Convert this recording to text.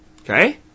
Okay